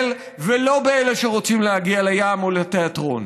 ולא באלה שרוצים להגיע לים או לתיאטרון.